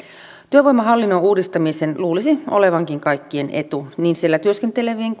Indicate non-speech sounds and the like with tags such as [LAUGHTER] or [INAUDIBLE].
työvoimahallinnon uudistamisen luulisi olevankin kaikkien etu niin työskentelevien [UNINTELLIGIBLE]